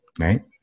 right